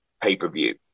pay-per-view